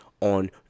on